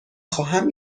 خواهم